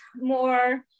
more